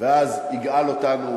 ואז הוא יגאל אותנו